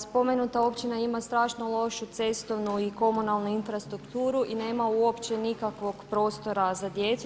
Spomenuta općina ima strašnu lošu cestovnu i komunalnu infrastrukturu i nema uopće nikakvog prostora za djecu.